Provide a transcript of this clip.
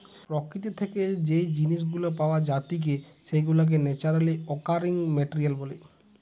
প্রকৃতি থেকে যেই জিনিস গুলা পাওয়া জাতিকে সেগুলাকে ন্যাচারালি অকারিং মেটেরিয়াল বলে